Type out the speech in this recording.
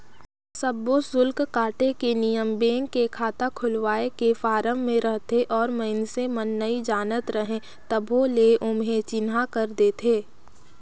सब्बो सुल्क काटे के नियम बेंक के खाता खोलवाए के फारम मे रहथे और मइसने मन नइ जानत रहें तभो ले ओम्हे चिन्हा कर देथे